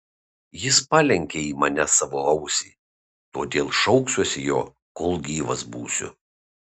jis palenkė į mane savo ausį todėl šauksiuosi jo kol gyvas būsiu